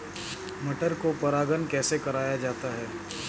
मटर को परागण कैसे कराया जाता है?